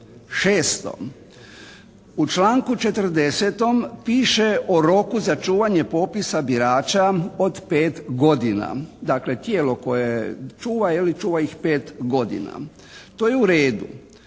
Šesto. U članku 40. piše o roku za čuvanje popisa birača od 5 godina. Dakle tijelo koje čuva je li čuva ih 5 godina. To je u redu.